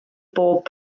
bob